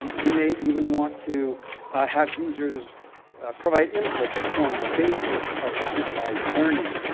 you may even want to have users provide input that form the basis of the supervised learning.